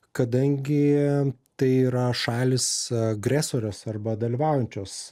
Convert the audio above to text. kadangi tai yra šalys agresorės arba dalyvaujančios